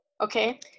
Okay